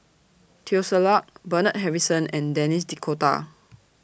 Teo Ser Luck Bernard Harrison and Denis D'Cotta